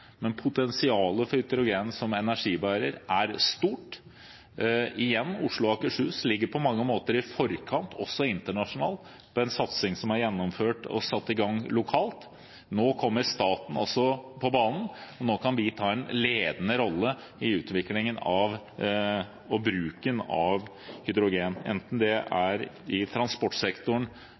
men potensialet til hydrogen som energibærer er stort. Igjen: Oslo og Akershus ligger på mange måter i forkant også internasjonalt. Det er en satsing som er gjennomført og satt i gang lokalt. Nå kommer staten også på banen, og nå kan vi ta en ledende rolle i utviklingen og bruken av hydrogen, enten det er i transportsektoren,